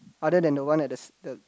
other than the one at the s~ the